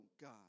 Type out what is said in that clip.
God